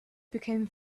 became